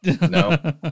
no